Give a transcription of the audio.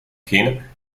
keene